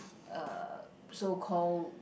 uh so called